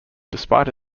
despite